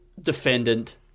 defendant